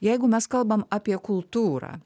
jeigu mes kalbam apie kultūrą